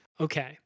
Okay